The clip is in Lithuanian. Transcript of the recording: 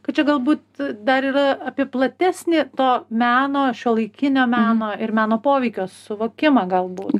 kad čia galbūt dar yra apie platesnį to meno šiuolaikinio meno ir meno poveikio suvokimą galbūt